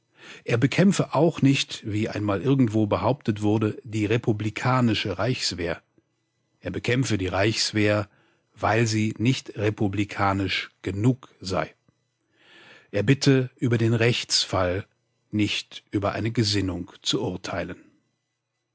er bekämpfe auch nicht wie einmal irgendwo behauptet wurde die republikanische reichswehr er bekämpfe die reichswehr weil sie nicht republikanisch genug sei er bitte über den rechtsfall nicht über eine gesinnung zu urteilen